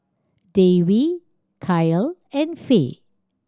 Dewey Kiel and Fae